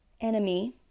enemy